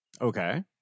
Okay